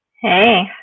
Hey